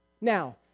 Now